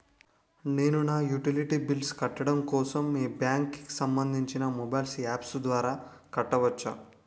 నేను నా utility bills కట్టడం కోసం మీ బ్యాంక్ కి సంబందించిన మొబైల్ అప్స్ ద్వారా కట్టవచ్చా?